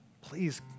Please